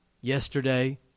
yesterday